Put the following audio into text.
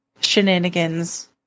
shenanigans